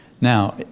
Now